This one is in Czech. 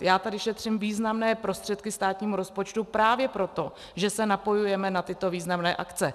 Já tady šetřím významné prostředky státnímu rozpočtu právě proto, že se napojujeme na tyto významné akce.